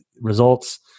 results